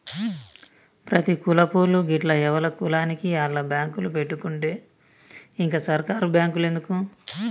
ప్రతి కులపోళ్లూ గిట్ల ఎవల కులానికి ఆళ్ల బాంకులు పెట్టుకుంటే ఇంక సర్కారు బాంకులెందుకు